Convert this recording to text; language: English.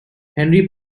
henry